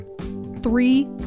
three